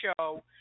show